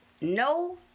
no